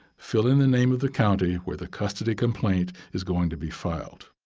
fill in the name of the county where the custody complaint is going to be filed.